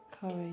courage